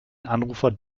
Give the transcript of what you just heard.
anrufer